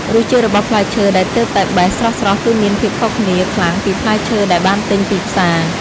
រសជាតិរបស់ផ្លែឈើដែលទើបតែបេះស្រស់ៗគឺមានភាពខុសគ្នាខ្លាំងពីផ្លែឈើដែលបានទិញពីផ្សារ។